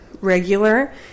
regular